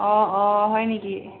অঁ অঁ হয় নেকি